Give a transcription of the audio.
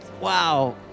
Wow